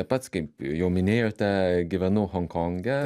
pats kaip jau minėjote gyvenu honkonge